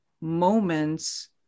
moments